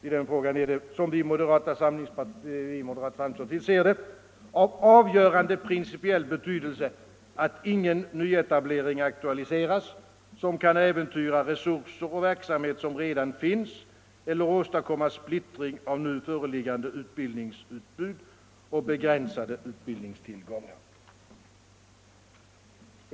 I den frågan är det, som vi i moderata samlingspartiet ser det, av avgörande principiell betydelse att ingen nyetablering aktualiseras som kan äventyra resurser och verksamhet som redan finns eller åstadkomma splittring av nu föreliggande utbildningsutbud och begränsade utbildningstillgångar.